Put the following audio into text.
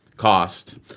cost